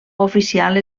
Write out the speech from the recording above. oficial